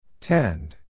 Tend